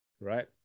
right